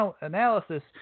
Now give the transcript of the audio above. analysis